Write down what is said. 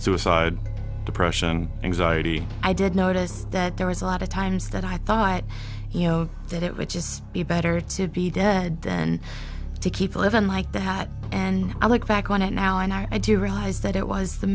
suicide depression anxiety i did notice that there was a lot of times that i thought i you know that it would just be better to be dead and to keep living like the hat and i look back on it now and i do realize that it was the